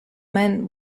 man